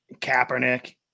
Kaepernick